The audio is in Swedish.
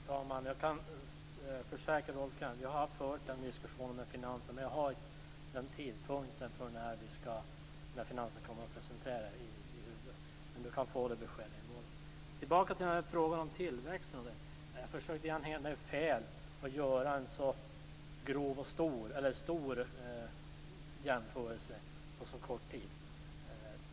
Herr talman! Jag kan försäkra Rolf Kenneryd om att jag har fört en diskussion med finansen men jag har inte i huvudet vid vilken tidpunkt finansen skall presentera detta. Rolf Kenneryd kan få det beskedet i morgon. Jag återkommer till frågan om tillväxten. Jag försökte lite grann hävda att det är fel att göra en så vid jämförelse på så kort tid.